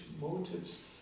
motives